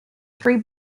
three